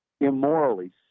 immorally